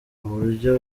uburyo